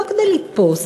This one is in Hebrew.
לא כדי לתפוס,